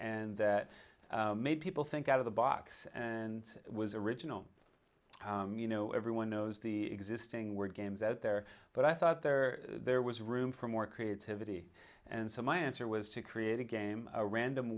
and that made people think out of the box and was original you know everyone knows the existing were games out there but i thought there there was room for more creativity and so my answer was to create a game a random